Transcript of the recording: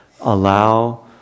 allow